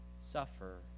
suffer